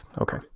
okay